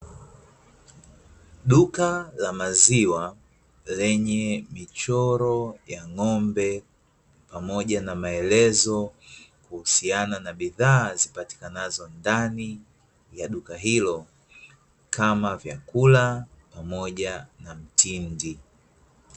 Duka la maziwa, lenye michoro ya ng'ombe pamoja na maelezo, kuhusiana na bidhaa zipatikanzo ndani ya duka hilo, kama vyakula pamoja na mtindi.